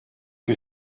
que